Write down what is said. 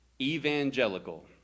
Evangelical